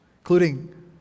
including